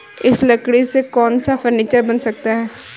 इस लकड़ी से कौन सा फर्नीचर बन सकता है?